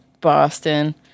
Boston